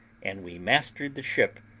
and we mastered the ship,